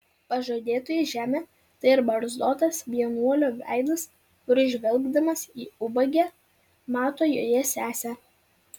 pažadėtoji žemė tai ir barzdotas vienuolio veidas kuris žvelgdamas į ubagę mato joje sesę